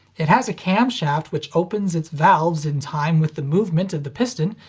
it has a cam shaft which opens its valves in time with the movement of the piston.